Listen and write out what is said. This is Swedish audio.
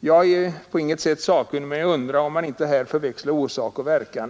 Jag är på intet sätt sakkunnig men jag undrar om man inte här förväxlar orsak och verkan.